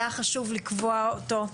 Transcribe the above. היה חשוב לקבוע אותו.